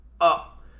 up